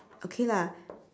okay lah